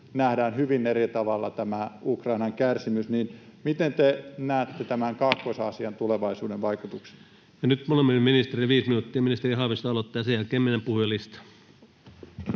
nähdään hyvin eri tavalla tämä Ukrainan kärsimys. Miten te näette tämän Kaakkois-Aasian tulevaisuuden vaikutuksen? Nyt molemmille ministereille viisi minuuttia. — Ministeri Haavisto aloittaa, ja sen jälkeen mennään puhujalistaan.